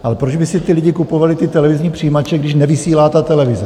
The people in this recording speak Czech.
Ale proč by si lidé kupovali televizní přijímače, když nevysílá televize?